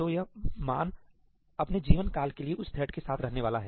तो यह मान अपने जीवनकाल के लिए उस थ्रेड के साथ रहने वाला है